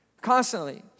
Constantly